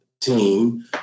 team